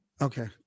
Okay